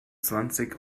zwanzig